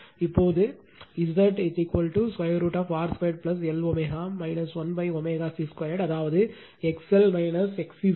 இப்போது இப்போது Z√R 2 Lω 1ω C 2அதாவது XL XC 2